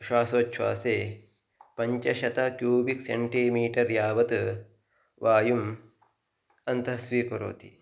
श्वासोछ्वासे पञ्चशत cubic centimetre यावत् वायुम् अन्तः स्वीकरोति